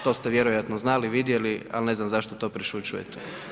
To ste vjerojatno znali, vidjeli, ali ne znam zašto to prešućujete.